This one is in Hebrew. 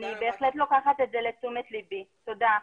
אני בהחלט לוקחת את זה לתשומת ליבי, תודה.